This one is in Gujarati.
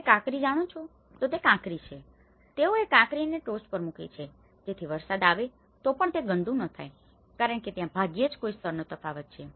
તમે કાંકરી જાણો છો તો તે કાંકરી છે તેઓએ કાંકરીને ટોચ પર મૂકી છે જેથી વરસાદ આવે તો પણ તે ગંદું ના થાય કારણ કે ત્યાં ભાગ્યે જ કોઈ સ્તરનો તફાવત છે